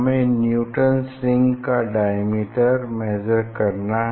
हमें Newton's rings का diameter measure करना है